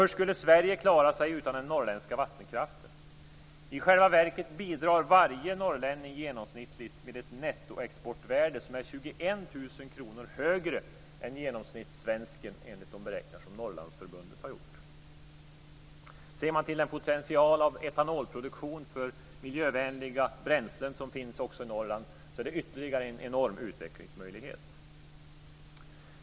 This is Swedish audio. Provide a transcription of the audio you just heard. Hur skulle Sverige klara sig utan den norrländska vattenkraften? I själva verket bidrar varje norrlänning genomsnittligt med ett nettoexportvärde som är 21 000 kr högre än det för genomsnittssvensken enligt de beräkningar som Norrlandsförbundet har gjort. Ser man till den potential för etanolproduktion för miljövänliga bränslen som också finns i Norrland är det ytterligare en enorm utvecklingsmöjlighet.